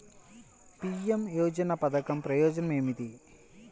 PM యోజన పధకం ప్రయోజనం ఏమితి?